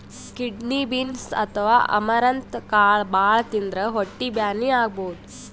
kidney beans ಅಥವಾ amaranth ಕಾಳ್ ಭಾಳ್ ತಿಂದ್ರ್ ಹೊಟ್ಟಿ ಬ್ಯಾನಿ ಆಗಬಹುದ್